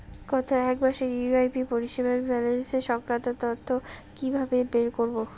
গত এক মাসের ইউ.পি.আই পরিষেবার ব্যালান্স সংক্রান্ত তথ্য কি কিভাবে বের করব?